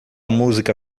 música